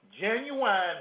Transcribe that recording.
genuine